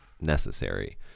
necessary